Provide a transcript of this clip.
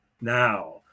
now